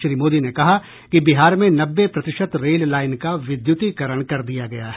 श्री मोदी ने कहा कि बिहार में नब्बे प्रतिशत रेल लाइन का विद्युतीकरण कर दिया गया है